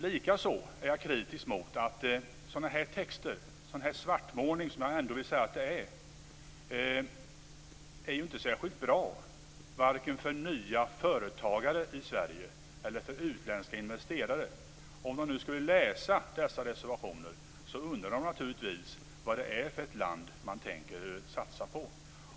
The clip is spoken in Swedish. Likaså tycker jag att sådana här texter eller en sådan här svartmålning, som jag ändå vill säga att det är, inte är särskilt bra för vare sig nya företagare i Sverige eller utländska investerare. Om de skulle läsa dessa reservationer undrar de naturligtvis vad det är för något land som de tänker satsa på.